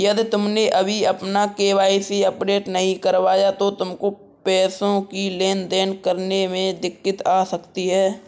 यदि तुमने अभी अपना के.वाई.सी अपडेट नहीं करवाया तो तुमको पैसों की लेन देन करने में दिक्कत आ सकती है